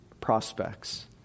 prospects